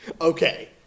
Okay